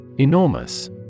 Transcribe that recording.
Enormous